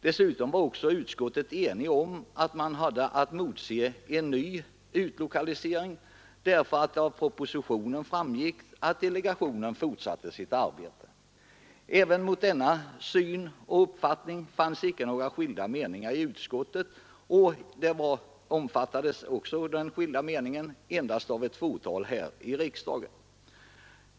Dessutom var också utskottet enigt om att man hade att motse en ny utlokalisering, därför att det av propositionen framgick att delegationen fortsatte sitt arbete. Inte heller mot denna syn och uppfattning fanns några skilda meningar i utskottet; en avvikande mening omfattades endast av ett fåtal här i riksdagen.